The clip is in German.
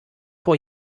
vor